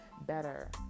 better